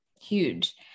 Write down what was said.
huge